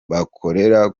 bakorera